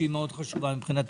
שהיא מאוד חשובה מבחינתנו.